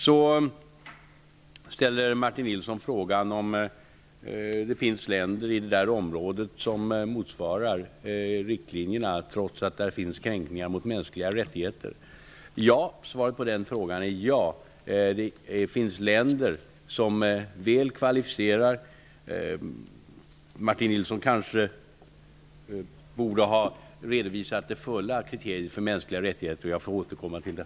Sedan ställer Martin Nilsson frågan om det finns länder i detta område som motsvarar riktlinjerna trots att där finns kränkningar mot mänskliga rättigheter. Svaret på den frågan är ja. Det finns länder som väl kvalificerar sig. Martin Nilsson kanske borde ha redovisat det fulla kriteriet för mänskliga rättigheter. Jag får återkomma till det.